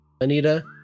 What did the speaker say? anita